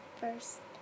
first